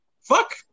fuck